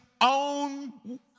Own